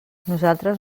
nosaltres